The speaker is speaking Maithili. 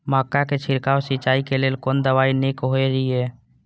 मक्का के छिड़काव सिंचाई के लेल कोन दवाई नीक होय इय?